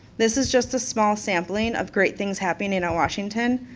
this is just a small sampling of great things happening in ah washington,